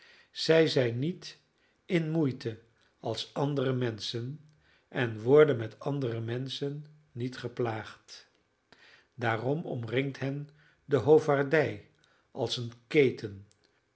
zij zijn niet in moeite als andere menschen en worden met andere menschen niet geplaagd daarom omringt hen de hoovaardij als een keten